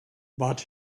but